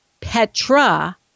Petra